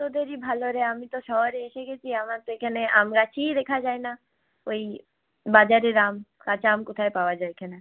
তোদেরই ভালো রে আমি তো শহরে এসে গিয়েছি আমার তো এখানে আম গাছই দেখা যায় না ওই বাজারের আম কাঁচা আম কোথায় পাওয়া যায় এখানে